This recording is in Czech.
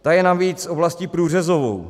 Ta je navíc oblastí průřezovou.